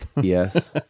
Yes